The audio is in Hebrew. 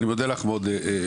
אני מודה לך מאוד שעלית.